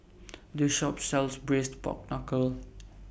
This Shop sells Braised Pork Knuckle